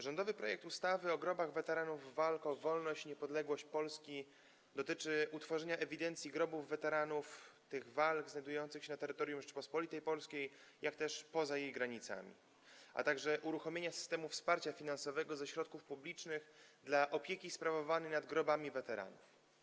Rządowy projekt ustawy o grobach weteranów walk o wolność i niepodległość Polski dotyczy utworzenia ewidencji grobów weteranów tych walk znajdujących się na terytorium Rzeczypospolitej Polskiej i poza jej granicami, a także uruchomienia systemów wsparcia finansowego ze środków publicznych w celu sprawowania opieki nad grobami weteranów.